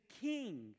king